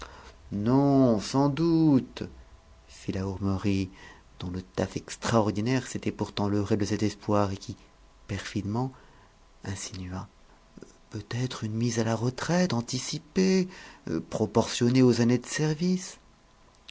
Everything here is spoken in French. non sans doute fit la hourmerie dont le taf extraordinaire s'était pourtant leurré de cet espoir et qui perfidement insinua peut-être une mise à la retraite anticipée proportionnée aux années de service